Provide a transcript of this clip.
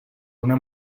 una